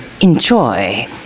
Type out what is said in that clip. enjoy